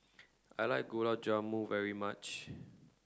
I like Gulab Jamun very much